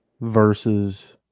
Versus